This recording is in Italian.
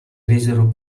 resero